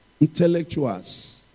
intellectuals